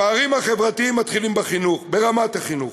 הפערים החברתיים מתחילים בחינוך, ברמת החינוך.